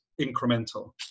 incremental